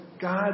God